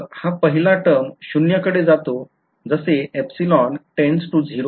तर मग हा पहिला टर्म शून्य कडे जातो जसे tends to 0